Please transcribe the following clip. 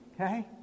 okay